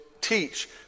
teach